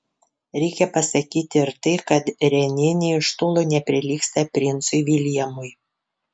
reikia pasakyti ir tai kad renė nė iš tolo neprilygsta princui viljamui